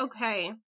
okay